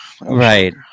Right